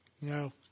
No